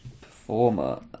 Performer